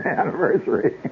anniversary